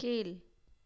கீழ்